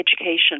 education